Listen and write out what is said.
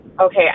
Okay